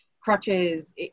crutches